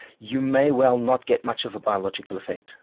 you may well not get much of a biological effect.